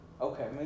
Okay